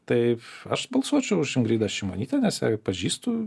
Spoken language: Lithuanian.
taip aš balsuočiau už ingridą šimonytę nes ją pažįstu